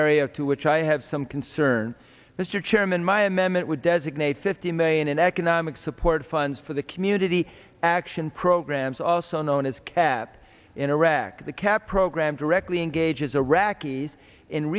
area to which i have some concern mr chairman my amendment would designate fifty million in economic support funds for the community action programs also known as cap in iraq the cap program directly engages iraqis